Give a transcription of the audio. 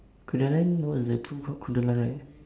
kodaline what is that two called kodaline right